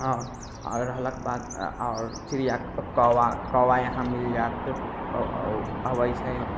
हँ आओर रहलक बात आओर चिड़ियाके कौआ कौआ यहाँ मिल जायत ओ अबैत छै